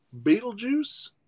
Beetlejuice